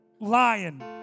lion